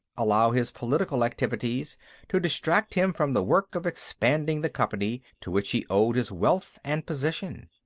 allow his political activities to distract him from the work of expanding the company to which he owed his wealth and position.